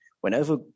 whenever